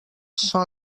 són